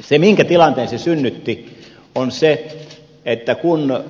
se minkä tilanteen se synnytti on se että kun